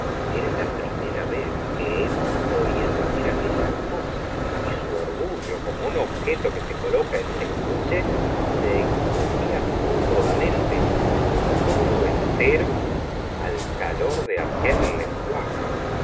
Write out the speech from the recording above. era la primera vez que emma oía decir aquellas cosas y su orgullo como un objeto que se coloca en su estuche se estendia cómodamente y todo entero al calor de aquel lenguaje